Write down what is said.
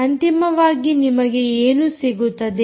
ಅಂತಿಮವಾಗಿ ನಿಮಗೆ ಏನು ಸಿಗುತ್ತದೆ